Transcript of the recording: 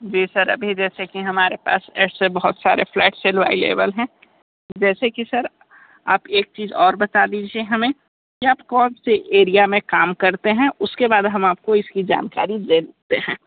जी sir अभी जैसे कि हमारे पास ऐसे बहुत सारे फ्लैट्स अलवाइलेबल हैं जैसे कि सर आप एक चीज़ और बता दीजिए हमें कि आप कौन से एरिया में काम करते हैं उस के बाद हम आपको इसकी जानकारी देते हैं